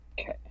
Okay